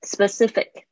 Specific